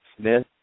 Smith